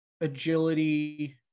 agility